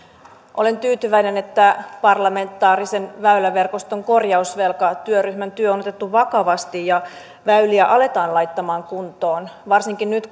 olen tyytyväinen että parlamentaarisen väyläverkoston korjausvelkatyöryhmän työ on otettu vakavasti ja väyliä aletaan laittamaan kuntoon varsinkin nyt